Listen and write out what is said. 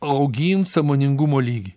augint sąmoningumo lygį